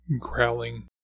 growling